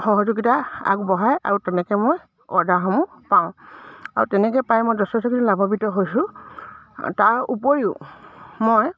সহযোগিতা আগবঢ়ায় আৰু তেনেকৈ মই অৰ্ডাৰসমূহ পাওঁ আৰু তেনেকৈ পাই মই যথেষ্টখিনি লাভন্ৱিত হৈছোঁ তাৰ উপৰিও মই